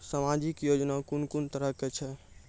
समाजिक योजना कून कून तरहक छै?